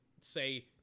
say